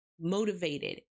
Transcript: motivated